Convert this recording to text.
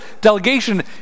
delegation